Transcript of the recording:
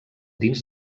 dins